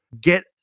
Get